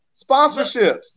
Sponsorships